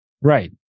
Right